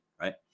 right